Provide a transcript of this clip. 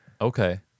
Okay